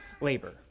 labor